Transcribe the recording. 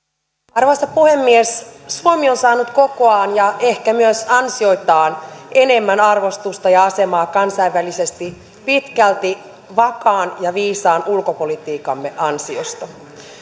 arvoisa puhemies suomi on saanut kokoaan ja ehkä myös ansioitaan enemmän arvostusta ja asemaa kansainvälisesti pitkälti vakaan ja viisaan ulkopolitiikkamme ansiosta